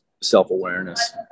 self-awareness